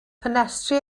ffenestri